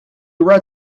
read